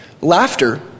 laughter